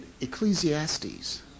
Ecclesiastes